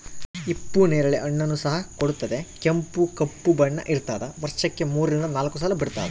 ಹಿಪ್ಪು ನೇರಳೆ ಹಣ್ಣನ್ನು ಸಹ ಕೊಡುತ್ತದೆ ಕೆಂಪು ಕಪ್ಪು ಬಣ್ಣ ಇರ್ತಾದ ವರ್ಷಕ್ಕೆ ಮೂರರಿಂದ ನಾಲ್ಕು ಸಲ ಬಿಡ್ತಾದ